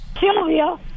Julia